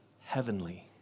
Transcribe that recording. Heavenly